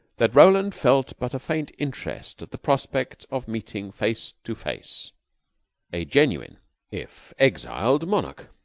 that roland felt but a faint interest at the prospect of meeting face to face a genuine if exiled monarch.